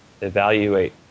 evaluate